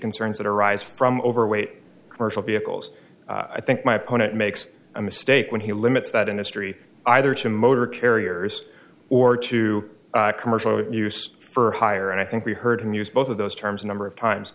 concerns that arise from overweight virtual vehicles i think my opponent makes a mistake when he limits that industry either to motor carriers or to commercial use for hire and i think we heard him use both of those terms a number of times